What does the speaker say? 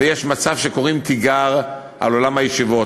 ויש מצב שקוראים תיגר על עולם הישיבות,